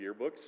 yearbooks